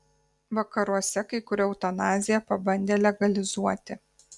vakaruose kai kur eutanaziją pabandė legalizuoti